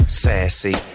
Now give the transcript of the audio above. sassy